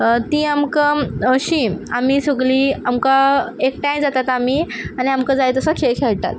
तीं आमकां अशीं आमी सगळीं आमकां एकठांय जातात आमी आनी आमकां जाय तसो खेळ खेळटात